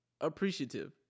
appreciative